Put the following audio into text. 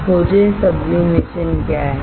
खोजें सब्लीमेशन क्या है